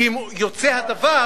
כי אם יוצא הדבר,